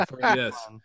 Yes